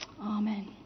Amen